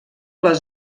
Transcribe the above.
les